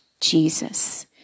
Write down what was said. Jesus